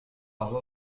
all